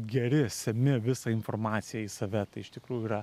geri semi visą informaciją į save tai iš tikrųjų yra